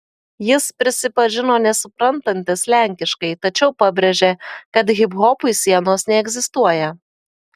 jis prisipažino nesuprantantis lenkiškai tačiau pabrėžė kad hiphopui sienos neegzistuoja